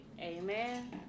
Amen